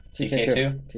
TK2